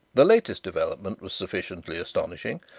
the latest development was sufficiently astonishing.